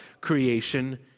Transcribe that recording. creation